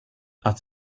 att